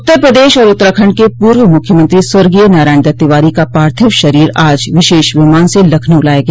उत्तर प्रदेश और उत्तराखंड के पूर्व मुख्यमंत्री स्वर्गीय नारायण दत्त तिवारी का पार्थिव शरीर आज विशेष विमान से लखनऊ लाया गया